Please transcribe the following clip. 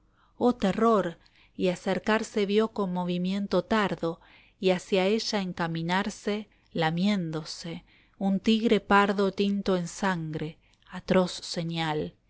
oh terror y acercarse vio con movimiento tardo y hacia ella encaminarse la cautiva lamiéndose un tigre pardo tinto en sangre atroz señal